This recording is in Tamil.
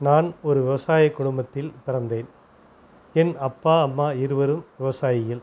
நான் ஒரு விவசாய குடும்பத்தில் பிறந்தேன் என் அப்பா அம்மா இருவரும் விவசாயிகள்